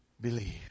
believe